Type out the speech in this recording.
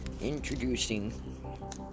introducing